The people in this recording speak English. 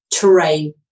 terrain